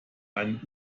einen